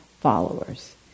followers